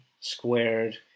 squared